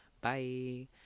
Bye